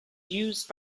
used